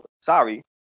Sorry